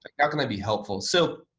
how can i be helpful? so,